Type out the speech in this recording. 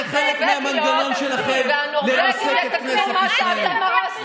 זה חלק מהמנגנון שלכם לרסק את כנסת ישראל.